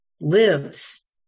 lives